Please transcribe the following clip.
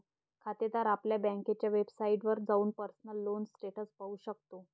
खातेदार आपल्या बँकेच्या वेबसाइटवर जाऊन पर्सनल लोन स्टेटस पाहू शकतो